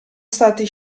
stati